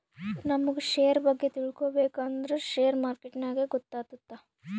ನಮುಗ್ ಶೇರ್ ಬಗ್ಗೆ ತಿಳ್ಕೋಬೇಕ್ ಅಂದುರ್ ಶೇರ್ ಮಾರ್ಕೆಟ್ನಾಗೆ ಗೊತ್ತಾತ್ತುದ